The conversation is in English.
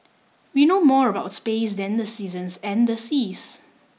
we know more about space than the seasons and the seas